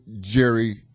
Jerry